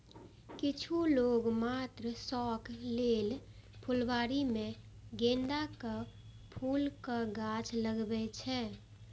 किछु लोक मात्र शौक लेल फुलबाड़ी मे गेंदाक फूलक गाछ लगबै छै